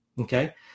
okay